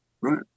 Right